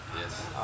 Yes